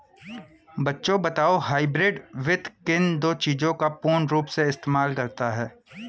बच्चों बताओ हाइब्रिड वित्त किन दो चीजों का पूर्ण रूप से इस्तेमाल करता है?